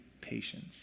patience